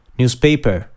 newspaper